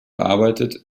arbeitet